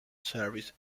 service